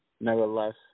nevertheless